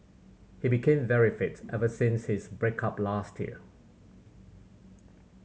he became very fit ever since his break up last year